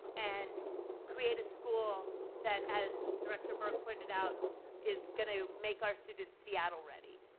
and create a school that as director burke pointed out is going to make our students seattle ready